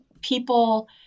people